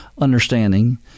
understanding